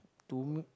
to me